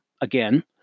Again